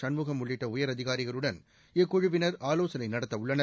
சண்முகம் உள்ளிட்ட உயாரதிகாரிகளுடன் இக்குழுவினர்ஆலோசனை நடத்தஉள்ளன்